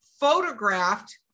photographed